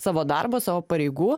savo darbo savo pareigų